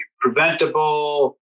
preventable